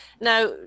Now